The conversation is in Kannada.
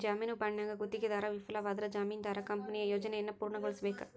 ಜಾಮೇನು ಬಾಂಡ್ನ್ಯಾಗ ಗುತ್ತಿಗೆದಾರ ವಿಫಲವಾದ್ರ ಜಾಮೇನದಾರ ಕಂಪನಿಯ ಯೋಜನೆಯನ್ನ ಪೂರ್ಣಗೊಳಿಸಬೇಕ